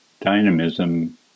dynamism